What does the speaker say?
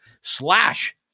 Slash